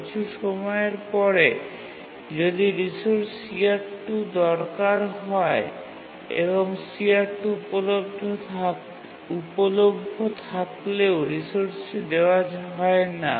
কিছু সময়ের পরে যদি রিসোর্স CR2 দরকার হয় এবং CR2 উপলভ্য থাকলেও রিসোর্সটি দেওয়া হয় না